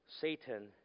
Satan